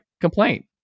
complaint